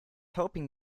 hoping